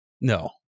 No